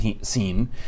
scene